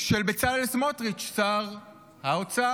של בצלאל סמוטריץ', שר האוצר.